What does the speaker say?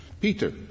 Peter